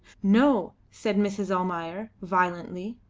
no! said mrs. almayer, violently.